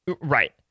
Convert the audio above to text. Right